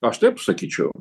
aš taip sakyčiau